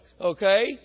Okay